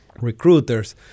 recruiters